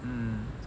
mm